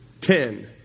ten